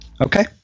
Okay